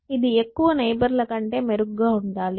కానీ ఇది ఎక్కువ నైబర్ ల కంటే మెరుగ్గా ఉండాలి